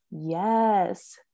Yes